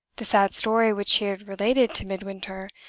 the sad story which he had related to midwinter,